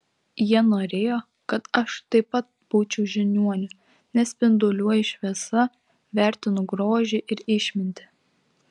jie norėjo kad aš taip pat būčiau žiniuoniu nes spinduliuoju šviesą vertinu grožį ir išmintį